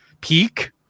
peak